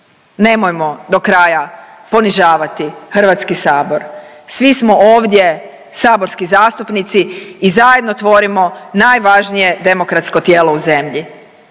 Nemojmo do kraja ponižavati HS, svi smo ovdje saborski zastupnici i zajedno tvorimo najvažnije demokratsko tijelo u zemlji,